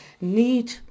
need